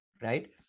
right